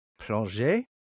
plonger